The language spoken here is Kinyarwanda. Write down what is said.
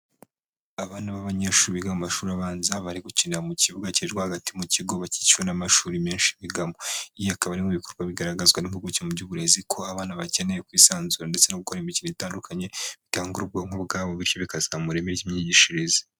Abana b'abanyeshuri biga mu mashuri abanza, bari gukinira mu kibuga kiri rwagati mu kigo, bakikijwe n'amashuri menshi bigamo. Ibi bikaba ari bimwe mu bikorwa bigaragazwa n'impimguke mu by'uburezi ko abana bakeneye kwisanzura ndetse no gukora imikino itandukanye, bikangura ubwonko ubwabo bityo bikazamura ireme ry'imyigishirize.